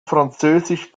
französisch